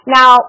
Now